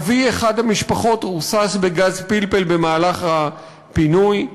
אבי אחד המשפחות רוסס בגז פלפל במהלך הפינוי,